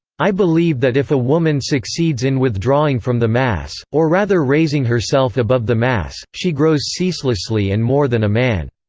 i believe that if a woman succeeds in withdrawing from the mass, or rather raising herself above the mass, she grows ceaselessly and more than a man.